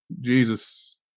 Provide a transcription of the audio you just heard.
Jesus